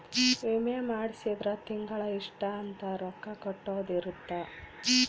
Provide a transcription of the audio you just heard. ವಿಮೆ ಮಾಡ್ಸಿದ್ರ ತಿಂಗಳ ಇಷ್ಟ ಅಂತ ರೊಕ್ಕ ಕಟ್ಟೊದ ಇರುತ್ತ